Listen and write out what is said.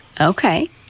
Okay